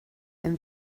and